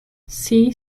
see